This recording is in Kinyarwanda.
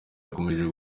yakomeje